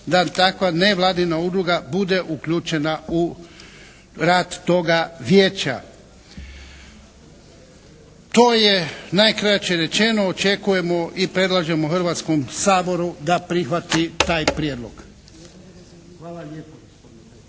da takva nevladina udruga bude uključena u rad toga vijeća. To je najkraće rečeno. Očekujemo i predlažemo Hrvatskom saboru da prihvati taj prijedlog.